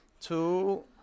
two